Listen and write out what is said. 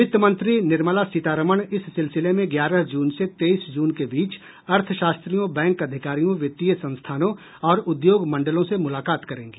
वित्त मंत्री निर्मला सीतारमण इस सिलसिले में ग्यारह जून से तेईस जून के बीच अर्थशास्त्रियों बैंक अधिकारियों वित्तीय संस्थानों और उद्योग मंडलों से मुलाकात करेंगी